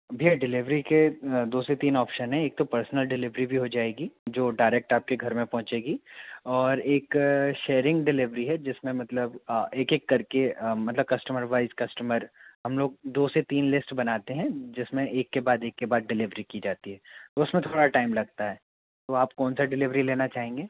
भैया डिलीवरी के दो से तीन ऑप्शन है एक तो पर्सनल डिलीवरी भी हो जाएगी जो डायरेक्ट आपके घर में पहुँचेगी और एक शेयरिंग डिलीवरी है जिसमें मतलब एक एक कर के मतलब कस्टमर वाइज़ कस्टमर हम लोग दो से तीन लिस्ट बनाते हैं जिसमें एक के बाद एक के बाद डिलीवरी की जाती है तो उसमें थोड़ा टाइम लगता है तो आप कौन सा डिलीवरी लेना चाहेंगे